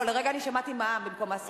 לא, לרגע אני שמעתי מע"מ במקום מס רכישה.